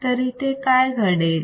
तर इथे काय घडेल